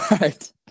right